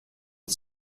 und